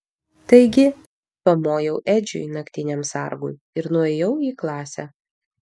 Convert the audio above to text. taigi pamojau edžiui naktiniam sargui ir nuėjau į klasę